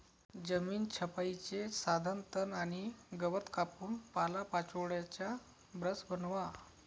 जमीन छपाईचे साधन तण आणि गवत कापून पालापाचोळ्याचा ब्रश बनवा